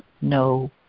no